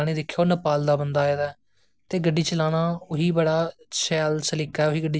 एहदे च हून साढ़ी जेहड़ी कुडियां ना अजकल तुस दिक्खदे ओ हत्थें कन्नै हत्थें कन्नै बनी दियां